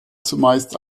zumeist